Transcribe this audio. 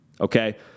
Okay